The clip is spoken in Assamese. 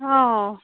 অঁ